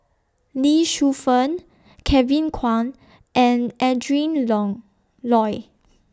Lee Shu Fen Kevin Kwan and Adrin Long Loi